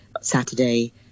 Saturday